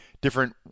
different